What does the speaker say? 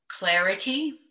clarity